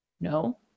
No